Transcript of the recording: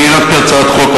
אני הנחתי הצעת חוק,